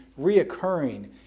reoccurring